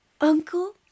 uncle